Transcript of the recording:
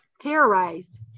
terrorized